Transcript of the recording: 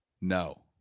No